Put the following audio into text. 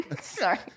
Sorry